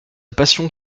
passion